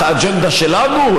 את האג'נדה שלנו?